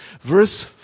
Verse